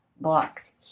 box